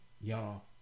y'all